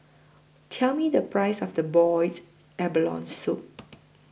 Tell Me The Price of The boiled abalone Soup